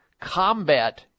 combat